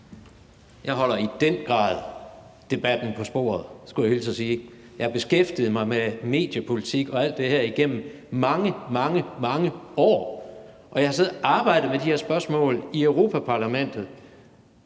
Jeg holder i den grad debatten på sporet, skulle jeg hilse at sige. Jeg har beskæftiget mig med mediepolitik og alt det her igennem mange, mange år, og jeg har siddet og arbejdet med de her spørgsmål i Europa-Parlamentet,